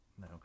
No